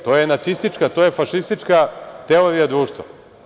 To je nacistička, to je fašistička teorija društva.